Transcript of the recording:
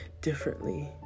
differently